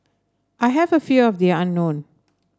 I have a fear of the unknown